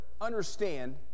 understand